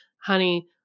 honey